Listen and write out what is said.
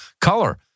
color